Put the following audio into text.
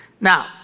Now